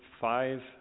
five